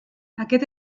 aquest